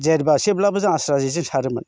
जेरबासेब्लाबो जों आस्रा जेजों सारोमोन